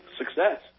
success